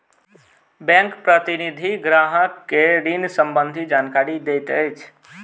bank प्रतिनिधि ग्राहक के ऋण सम्बंधित जानकारी दैत अछि